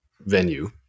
venue